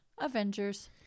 Avengers